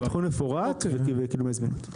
תכנון מפורט וקידומי זמינות.